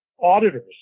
auditors